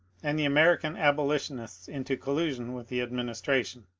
and the ameri can abolitionists into collision with the administration.